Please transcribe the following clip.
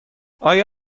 آیا